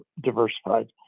Diversified